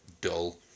dull